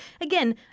again